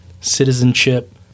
citizenship